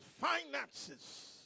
Finances